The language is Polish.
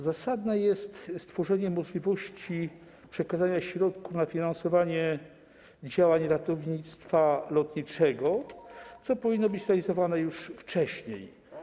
Zasadne jest stworzenie możliwości przekazania środków na finansowanie działań ratownictwa lotniczego, co powinno być realizowane już wcześniej.